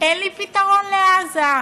אין לי פתרון לעזה.